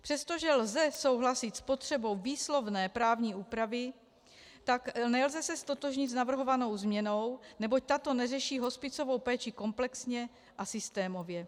Přestože lze souhlasit s potřebou výslovné právní úpravy, tak se nelze ztotožnit s navrhovanou změnou, neboť tato neřeší hospicovou péči komplexně a systémově.